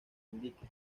indique